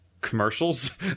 commercials